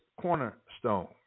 cornerstone